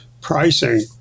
pricing